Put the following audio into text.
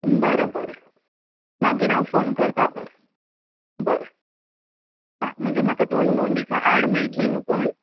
बरें बरें मागीर हांव फोन करतां तर बरें आं म्हणजे म्हाका दोन दोन दिसा आड मेळटली न्हू पूण